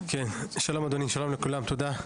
כן, שלום אדוני, שלום לכולם, תודה.